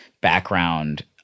background